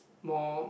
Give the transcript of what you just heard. more